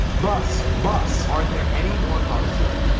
bus. bus are there any more cars here?